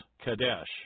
Kadesh